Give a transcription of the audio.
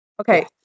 okay